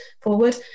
forward